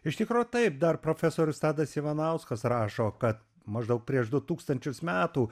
iš tikro taip dar profesorius tadas ivanauskas rašo kad maždaug prieš du tūkstančius metų